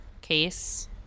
case